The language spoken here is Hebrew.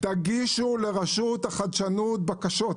תגישו לרשות החדשנות בקשות.